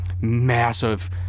massive